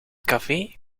café